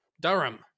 Durham